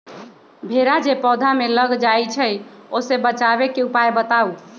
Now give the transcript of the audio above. भेरा जे पौधा में लग जाइछई ओ से बचाबे के उपाय बताऊँ?